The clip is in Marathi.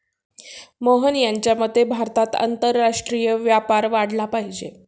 मोहन यांच्या मते भारतात आंतरराष्ट्रीय व्यापार वाढला पाहिजे